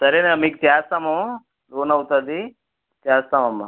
సరేనా మీకు చేస్తాము లోన్ అవుతుంది చేస్తామమ్మా